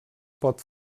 pot